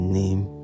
name